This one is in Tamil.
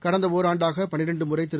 கடந்த ஒராண்டாக பனிரெண்டு முறை திரு